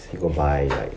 say you go buy like